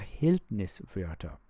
Verhältniswörter